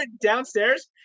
downstairs